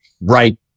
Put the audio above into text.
Right